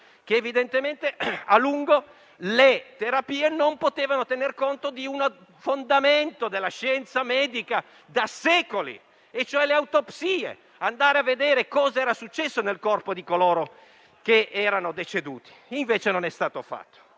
Evidentemente, a lungo, le terapie non hanno potuto tenere conto di un fondamento della scienza medica da secoli, le autopsie, per capire cos'era successo nel corpo di coloro che erano deceduti. Non è stato fatto.